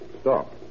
Stop